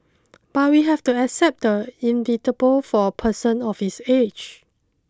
but we have to accept the inevitable for a person of his age